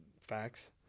Facts